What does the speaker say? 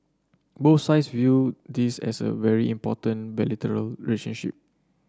both sides view this as a very important bilateral relationship